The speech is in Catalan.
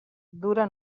dura